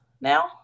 now